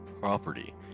property